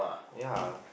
ya